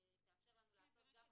שתאפשר לנו לעשות גם חשיבה -- כן,